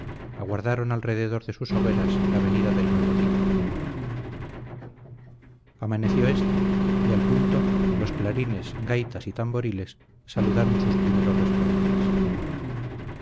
aguardaron alrededor de sus hogueras la venida del nuevo día amaneció éste y al punto los clarines gaitas y tamboriles saludaron sus primeros resplandores